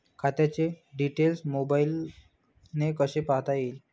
खात्याचे डिटेल्स मोबाईलने कसे पाहता येतील?